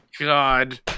God